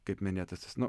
kaip minėtasis nu